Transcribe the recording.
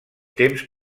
temps